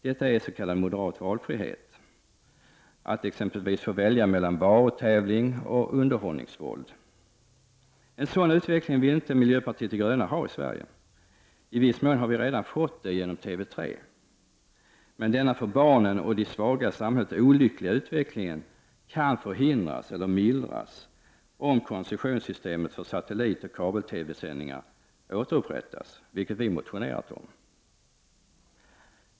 Detta är s.k. moderat valfrihet, att exempelvis få välja mellan varutävling och underhållningsvåld. En sådan utveckling vill inte miljöpartiet de gröna ha i Sverige. I viss mån har vi redan fått det, genom TV 3. Men denna för barnen och de svaga i samhället olyckliga utveckling kan förhindras eller mildras, om koncessionssystemet för satellitoch kabel-TV-sändningar återupprättas, vilket vi har motionerat om.